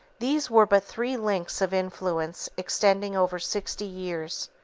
these were but three links of influence extending over sixty years.